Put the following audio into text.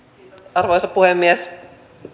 arvoisa puhemies